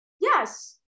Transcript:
Yes